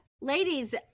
Ladies